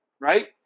right